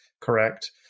Correct